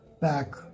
back